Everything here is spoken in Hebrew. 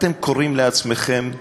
אתם כורים לעצמכם בור.